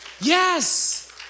Yes